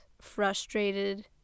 frustrated